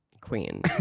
Queen